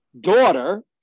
daughter